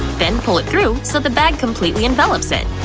then pull it through so the bag completely envelops it.